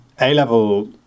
A-level